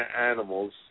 animals